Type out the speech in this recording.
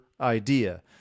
idea